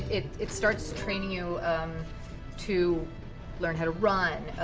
it it starts training you to learn how to run.